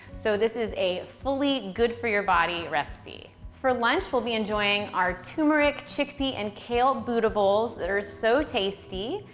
so, this is a fully good for your body recipe. for lunch, we'll be enjoying our turmeric chickpea and kale buddha bowls that are so tasty,